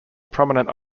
prominent